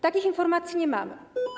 Takich informacji nie mamy.